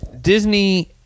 Disney